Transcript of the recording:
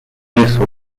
vaisseau